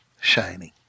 shining